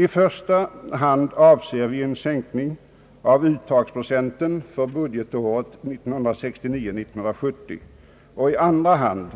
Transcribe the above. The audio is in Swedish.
I första hand avser vi en sänkning av uttagsprocenten för budgetåret 1969/70 och i andra hand